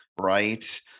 Right